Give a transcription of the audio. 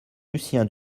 lucien